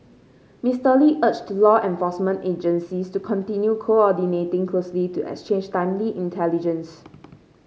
Mister Lee urged law enforcement agencies to continue coordinating closely to exchange timely intelligence